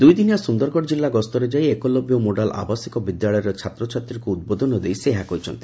ଦୁଇ ଦିନିଆ ସୁନ୍ଦରଗଡ଼ କିଲ୍ଲା ଗସ୍ତରେ ଯାଇ ଏକଲବ୍ୟ ମୋଡାଲ୍ ଆବାସିକ ବିଦ୍ୟାଳୟରେ ଛାତ୍ରଛାତ୍ରୀଙ୍କୁ ଉଦ୍ବୋଧନ ଦେଇ ସେ ଏହା କହିଛନ୍ତି